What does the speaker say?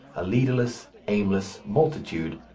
a leaderless, aimless multitude,